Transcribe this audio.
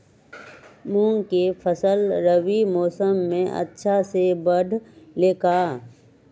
मूंग के फसल रबी मौसम में अच्छा से बढ़ ले का?